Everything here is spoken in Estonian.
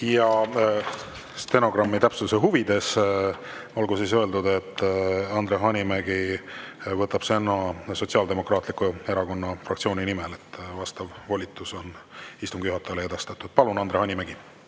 Stenogrammi täpsuse huvides olgu öeldud, et Andre Hanimägi võtab sõna Sotsiaaldemokraatliku Erakonna fraktsiooni nimel, vastav volitus on istungi juhatajale edastatud. Palun, Andre Hanimägi!